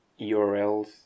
URLs